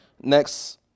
Next